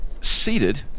seated